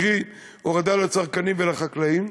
קרי הורדה לצרכנים ולחקלאים.